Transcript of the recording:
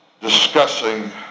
discussing